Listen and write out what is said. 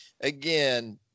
again